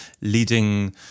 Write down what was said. leading